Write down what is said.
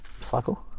cycle